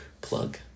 plug